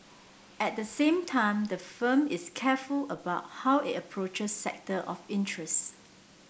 at the same time the firm is careful about how it approaches sector of interest